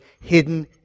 hidden